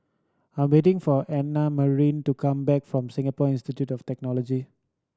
I'm waiting for Annamarie to come back from Singapore Institute of Technology